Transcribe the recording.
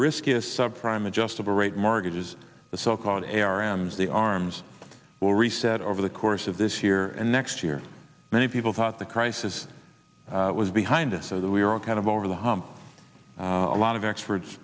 risk is subprime adjustable rate mortgages the so called air m's the arms will reset over the course of this year and next year many people thought the crisis was behind us so that we're all kind of over the hump a lot of experts